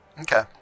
Okay